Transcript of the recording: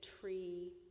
tree